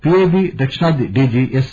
PIB దక్షిణాది DG yes